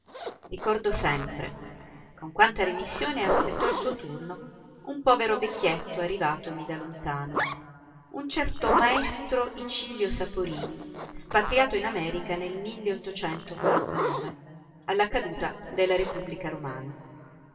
ricordo sempre con quanta remissione aspettò il suo turno un povero vecchietto arrivatomi da lontano un certo maestro icilio saporini spatriato in america nel alla caduta della repubblica romana